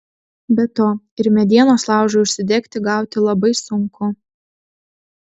be to ir medienos laužui užsidegti gauti labai sunku